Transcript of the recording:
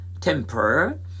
temper